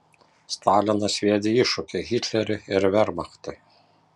stalinas sviedė iššūkį hitleriui ir vermachtui